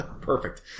Perfect